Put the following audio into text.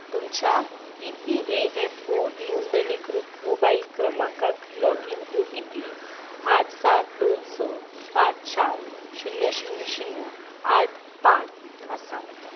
तुमच्या ईपीएएफओ नोंदणीकृत मोबायल क्रमांकाक लॉगीन ओटीपी आठ सात दोन स पांच चार शुन्य शुन्य शुन्य आठ पांच आसा